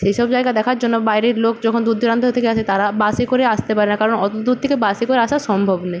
সেই সব জায়গা দেখার জন্য বাইরের লোক যখন দূর দূরান্ত থেকে আসে তারা বাসে করে আসতে পারে না কারণ অত দূর থেকে বাসে করে আসা সম্ভব নয়